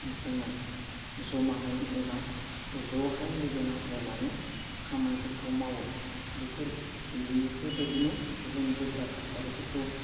जोङो जमाहै एबा जहाय लोगो नांज्लायनानै खामानिफोरखौ मावो बेफोर बेफोरबादिनो जों गोब्राब थासारिफोरखौ